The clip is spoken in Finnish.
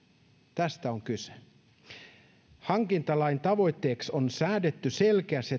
tästä on kyse hankintalain tavoitteeksi on säädetty selkeästi